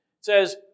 Says